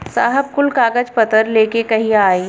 साहब कुल कागज पतर लेके कहिया आई?